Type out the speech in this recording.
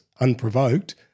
unprovoked